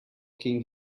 king